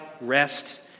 rest